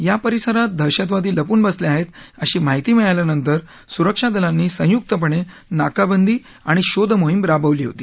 या परिसरात दहशतवादी लपून बसले आहेत अशी माहिती मिळाल्यानंतर सुरक्षा दलांनी संयुक्तपणे नाकाबंदी आणि शोधमोहीम राबवली होती